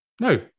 No